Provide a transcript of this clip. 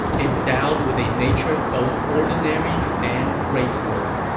endowed with a nature both ordinary and graceless,